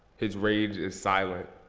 his rage is silent,